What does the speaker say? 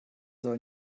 soll